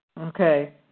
Okay